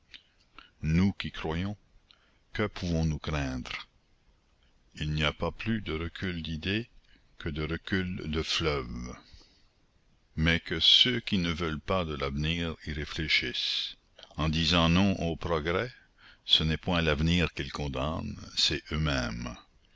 nous qui croyons que pouvons-nous craindre il n'y a pas plus de reculs d'idées que de reculs de fleuves mais que ceux qui ne veulent pas de l'avenir y réfléchissent en disant non au progrès ce n'est point l'avenir qu'ils condamnent c'est eux-mêmes